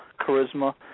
charisma